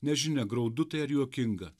nežinia graudu tai ar juokinga